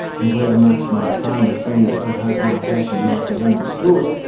and where amongst my farmer friends i'd hoped my passion might be understood,